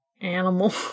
animal